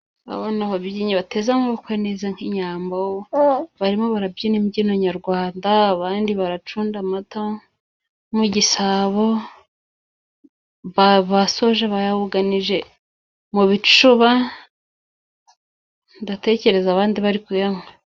Ndabona ababyinnyi bateze amaboko neza nk'inyambo. Barimo barabyina imbyino nyarwanda, abandi baracunda amata mu gisabo. Ba basoje bayabuganije mu bicuba, ndatekereza abandi bari kuyanywa.